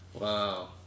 Wow